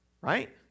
Right